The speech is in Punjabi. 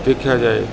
ਦੇਖਿਆ ਜਾਏ